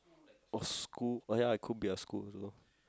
or school oh ya it could be a school also